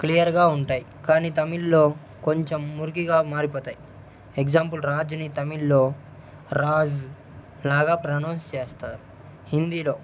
క్లియర్గా ఉంటాయి కానీ తమిళ్లో కొంచెం మురికిగా మారిపోతయ్ ఎగ్జాంపుల్ రాజ్ని తమిళ్లో రాస్జ్లాగా ప్రొనౌన్స్ చేస్తారు హిందీలో